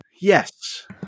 Yes